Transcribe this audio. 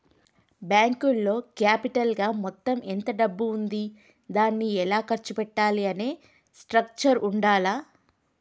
బ్యేంకులో క్యాపిటల్ గా మొత్తం ఎంత డబ్బు ఉంది దాన్ని ఎలా ఖర్చు పెట్టాలి అనే స్ట్రక్చర్ ఉండాల్ల